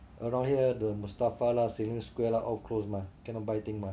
around here the mustafa lah Sim Lim Square lah all closed mah cannot buy thing mah